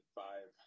five